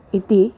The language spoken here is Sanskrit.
इति